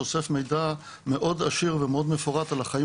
אוסף מידע מאוד עשיר ומאוד מפורט על החיים